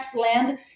land